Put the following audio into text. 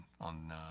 on